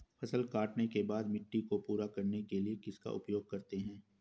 फसल काटने के बाद मिट्टी को पूरा करने के लिए किसका उपयोग करते हैं?